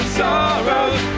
sorrows